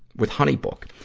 with honeybook.